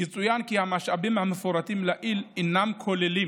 יצוין כי המשאבים המפורטים לעיל אינם כוללים